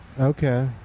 Okay